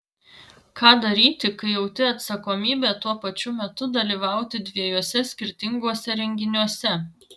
ką daryti kai jauti atsakomybę tuo pačiu metu dalyvauti dviejuose skirtinguose renginiuose